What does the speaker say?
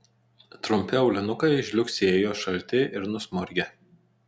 trumpi aulinukai žliugsėjo šalti ir nusmurgę